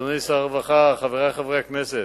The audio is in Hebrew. אדוני שר הרווחה, חברי חברי הכנסת,